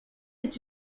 est